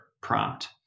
prompt